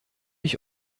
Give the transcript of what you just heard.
ich